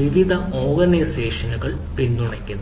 വിവിധ ഓർഗനൈസേഷനുകൾ പിന്തുണയ്ക്കുന്നു